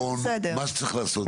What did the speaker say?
אני מבקש לבחון מה שצריך לעשות,